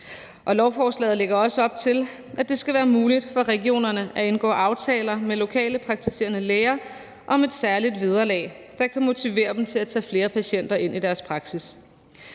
lovforslaget lægger også op til, at det skal være muligt for regionerne at indgå aftaler med lokale praktiserende læger om et særligt vederlag, der kan motivere dem til at tage flere patienter ind i deres praksis.